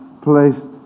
placed